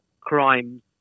crimes